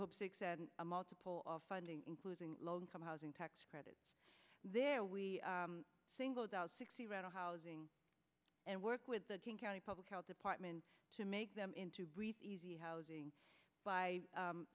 hope six and a multiple of funding including low income housing tax credit there we singled out sixty rental housing and work with the county public health department to make them into easy housing by